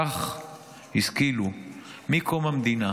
כך השכילה, מקום המדינה,